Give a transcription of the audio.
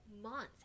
months